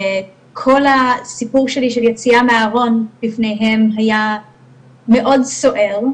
וכל הסיפור שלי של יציאה מהארון בפניהם היה מאוד סוער,